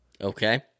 Okay